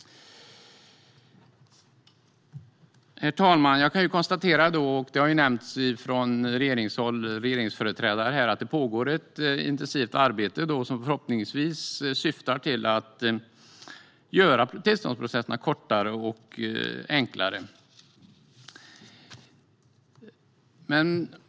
Herr talman! Som tidigare har nämnts från regeringsföreträdare pågår ett intensivt arbete, som förhoppningsvis syftar till att göra tillståndsprocesserna kortare och enklare.